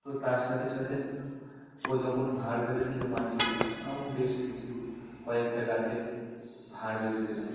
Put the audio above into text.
তো তার সাথে সাথে ও যখন ভাঁড় বেঁধে দিলো মাটির কিছু আমও বেশ কিছু কয়েকটা গাছে ভাড় বেঁধে দিলাম